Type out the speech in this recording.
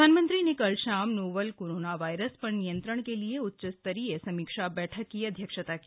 प्रधानमंत्री ने कल शाम नोवल कोरोना वायरस पर नियंत्रण के लिए उच्चस्तरीय समीक्षा बैठक की अध्यक्षता की